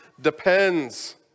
depends